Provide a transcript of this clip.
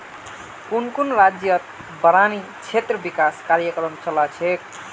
कुन कुन राज्यतत बारानी क्षेत्र विकास कार्यक्रम चला छेक